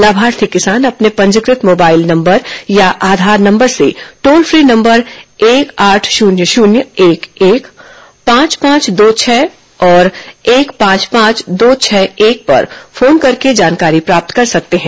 लाभार्थी किसान अपने पंजीकृत मोबाइल नंबर या आधार नंबर से टोल फ्री नंबर एक आठ शून्य शून्य एक एक पांच पांच दो छह और एक पांच पांच दो छह एक पर फोन कर जानकारी प्राप्त कर सकते हैं